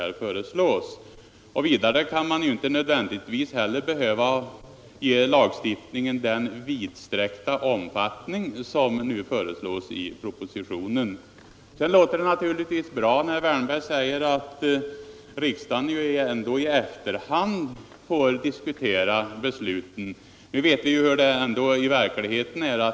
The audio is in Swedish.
Vidare behöver man inte nödvändigtvis ge lagstiftningen den vidsträckta omfattning som föreslås i propositionen. Det låter naturligtvis bra när herr Wärnberg säger att riksdagen ändå i efterhand får diskutera besluten. Nu vet vi ju hur det är i verkligheten.